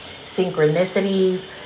synchronicities